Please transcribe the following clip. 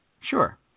Sure